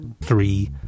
Three